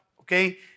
okay